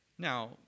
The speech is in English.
Now